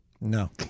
No